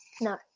No